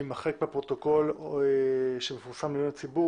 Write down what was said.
שימחקו בפרוטוקול שמפורסם לעיני הציבור,